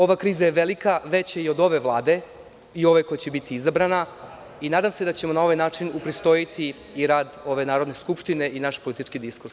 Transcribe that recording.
Ova kriza je velika, veća i od ove vlade i od ove koja će biti izabrana i nadam se da ćemo na ovaj način upristojiti i rad Narodne skupštine i naš politički diskus.